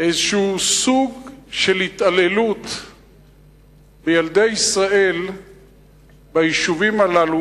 איזה סוג של התעללות בילדי ישראל ביישובים הללו,